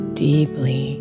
deeply